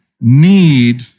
need